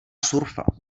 surfa